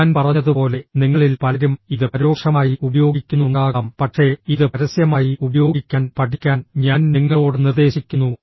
ഞാൻ പറഞ്ഞതുപോലെ നിങ്ങളിൽ പലരും ഇത് പരോക്ഷമായി ഉപയോഗിക്കുന്നുണ്ടാകാം പക്ഷേ ഇത് പരസ്യമായി ഉപയോഗിക്കാൻ പഠിക്കാൻ ഞാൻ നിങ്ങളോട് നിർദ്ദേശിക്കുന്നു